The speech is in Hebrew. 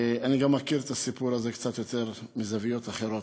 אני גם מכיר את הסיפור הזה קצת יותר מזוויות אחרות.